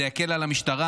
זה יקל על המשטרה.